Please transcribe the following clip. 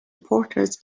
reporters